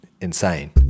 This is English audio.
insane